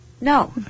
no